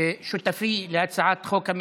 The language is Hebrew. שותפי להצעת חוק המתמחים,